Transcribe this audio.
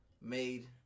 made